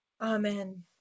Amen